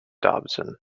dobson